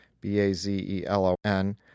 B-A-Z-E-L-O-N